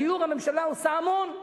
בדיור הממשלה עושה המון,